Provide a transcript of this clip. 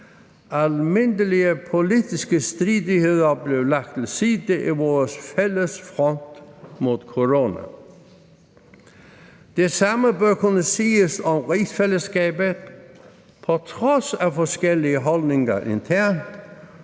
Almindelige politiske stridigheder blev lagt til side i vores fælles front mod corona. Det samme bør kunne siges om rigsfællesskabet. På trods af forskellige holdninger internt,